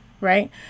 right